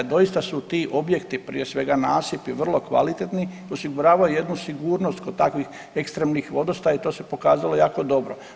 Doista su ti objekti prije svega nasipi vrlo kvalitetni i osiguravaju jednu sigurnost kod takvih ekstremnih vodostaja i to se pokazalo jako dobro.